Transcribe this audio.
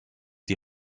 die